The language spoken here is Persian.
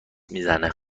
میزنه